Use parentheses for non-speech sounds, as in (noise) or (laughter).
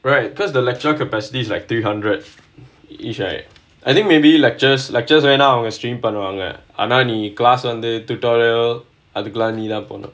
right because the lecture capacities like three hundred each right I think maybe lectures lectures right now stream பண்ணுவாங்க ஆனா நீ:pannuvaanga aanaa nee class வந்து:vanthu (laughs)